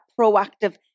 proactive